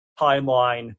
timeline